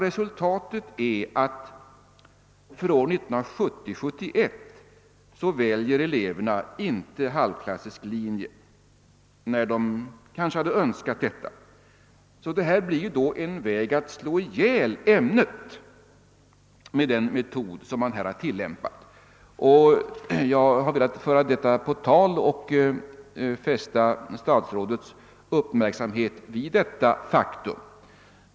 Resultatet är att eleverna inte väljer halvklassisk linje för året 1970/71, trots att de kanske hade önskat detta. Resultatet blir alltså att man slår ihjäl ämnet med den metod som man tillämpar. Jag har velat föra detta på tal och fästa statsrådets uppmärksamhet vid detta faktum.